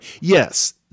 Yes